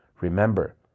Remember